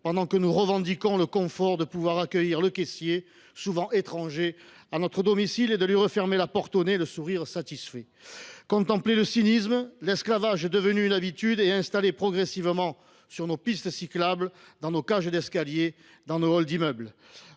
pendant que nous revendiquons le confort de pouvoir accueillir le coursier, souvent étranger, à notre domicile, avant de lui refermer la porte au nez, le sourire satisfait. Contemplez le cynisme ! L’esclavage est devenu une habitude. Il s’est progressivement installé sur nos pistes cyclables, dans nos cages d’escalier, dans nos halls d’immeuble.